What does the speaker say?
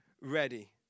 ready